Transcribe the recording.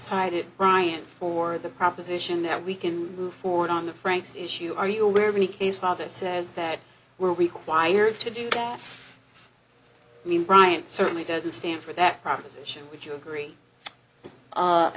cited brian for the proposition that we can move forward on the frank's issue are you aware of any case law that says that we're required to do that i mean bryant certainly doesn't stand for that proposition would you agree